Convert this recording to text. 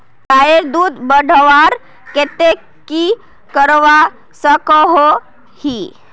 गायेर दूध बढ़वार केते की करवा सकोहो ही?